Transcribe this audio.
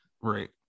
right